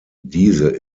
diese